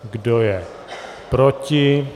Kdo je proti?